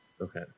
Okay